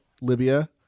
Libya